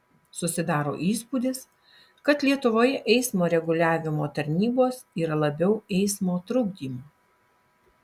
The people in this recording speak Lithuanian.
susidaro įspūdis kad lietuvoje eismo reguliavimo tarnybos yra labiau eismo trukdymo